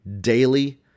daily